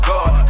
God